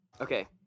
Okay